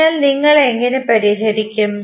അതിനാൽ നിങ്ങൾ എങ്ങനെ പരിഹരിക്കും